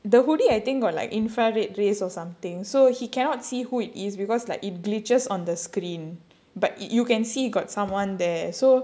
the hoodie I think got like infrared rays or something so he cannot see who it is because like it glitches on the screen but it you can see got someone there so